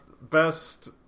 Best